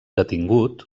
detingut